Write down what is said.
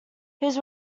his